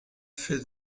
fait